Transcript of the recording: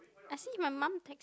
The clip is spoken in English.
I see my mum take